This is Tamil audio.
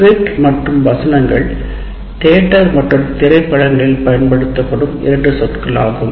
ஸ்கிரிப்ட் மற்றும் வசனங்கள் தியேட்டர் மற்றும் திரைப்படங்களில் பயன்படுத்தப்படும் இரண்டு சொற்கள் ஆகும்